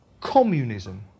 communism